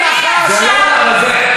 נא לא להפריע.